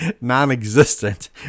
non-existent